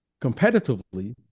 competitively